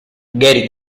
gary